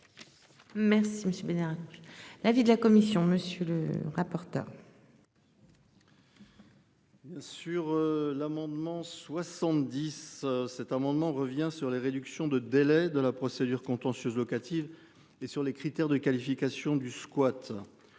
monsieur Bénard. L'avis de la commission. Monsieur le rapporteur. Sur l'amendement 70. Cet amendement revient sur les réductions de délais de la procédure contentieuse locative et sur les critères de qualification du squat.